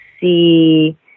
see